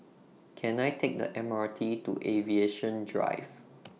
Can I Take The M R T to Aviation Drive